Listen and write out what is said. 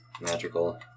Magical